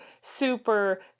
super